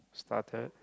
started